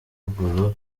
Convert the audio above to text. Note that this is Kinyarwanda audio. ruguru